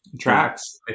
tracks